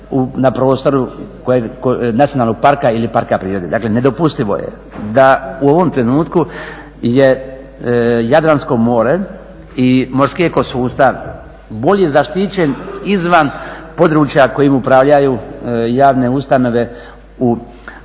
na prostoru nacionalnog parka ili parka prirode. Dakle, nedopustivo je da u ovom trenutku je Jadransko more i morski eko sustav bolje zaštićen izvan područja kojim upravljaju javne ustanove u